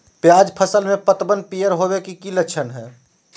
प्याज फसल में पतबन पियर होवे के की लक्षण हय?